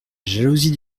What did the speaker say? jalousie